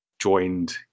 joined